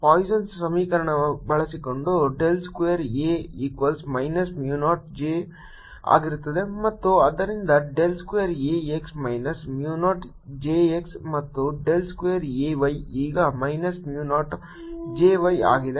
ಈಗ ಪಾಯ್ಸನ್Poisson'sನ ಸಮೀಕರಣವನ್ನು ಬಳಸಿಕೊಂಡು del square A equals minus mu naught J ಆಗಿರುತ್ತದೆ ಮತ್ತು ಆದ್ದರಿಂದ del square A x minus mu naught J x ಮತ್ತು del ಸ್ಕ್ವೇರ್ A y ಈಗ minus mu naught J y ಆಗಿದೆ